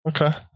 okay